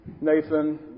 Nathan